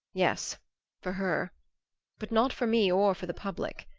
yes for her but not for me or for the public.